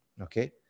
Okay